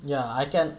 ya I can